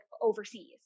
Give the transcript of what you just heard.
overseas